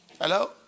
Hello